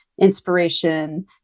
inspiration